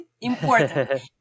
Important